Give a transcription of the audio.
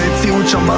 future.